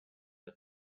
der